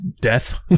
Death